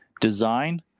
design